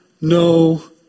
no